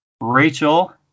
Rachel